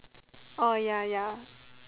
orh ya ya